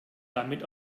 damit